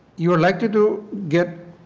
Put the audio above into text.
you are likely to get